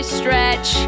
stretch